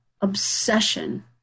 obsession